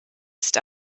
ist